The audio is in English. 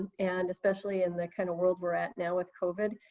and especially in the kind of world we're at now with covid.